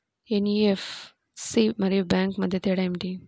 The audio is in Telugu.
ఎన్.బీ.ఎఫ్.సి మరియు బ్యాంక్ మధ్య తేడా ఏమిటీ?